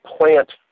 plant